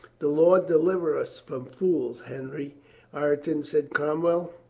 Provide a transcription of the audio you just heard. the lord deliver us from fools, henry ireton, said cromwell.